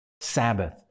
Sabbath